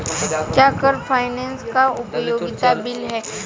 क्या car finance एक उपयोगिता बिल है?